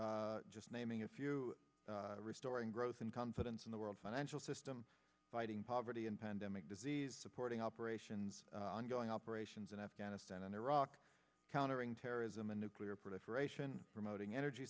just naming a few restoring growth and confidence in the world financial system fighting poverty in pandemic disease supporting operations ongoing operations in afghanistan and iraq countering terrorism and nuclear proliferation promoting energy